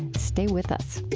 stay with us